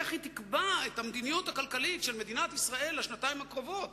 איך היא תקבע את המדיניות הכלכלית של מדינת ישראל לשנתיים הקרובות?